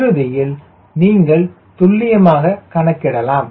இறுதியில் நீங்கள் துல்லியமாக கணக்கிடலாம்